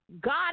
God